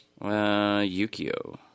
Yukio